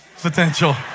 potential